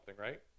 right